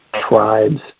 tribes